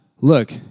look